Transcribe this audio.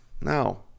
now